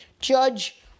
Judge